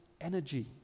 energy